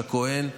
אורית פרקש הכהן.